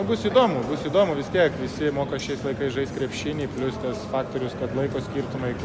bus įdomu bus įdomu kiek visi moka šiais laikais žaist krepšinį plius tas faktorius kad laiko skirtumai